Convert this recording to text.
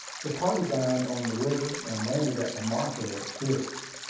the party dined on the river, and landed at the market at six.